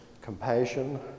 compassion